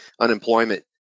unemployment